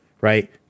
right